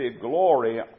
glory